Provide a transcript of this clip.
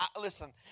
listen